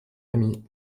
amie